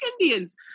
Indians